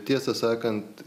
tiesą sakant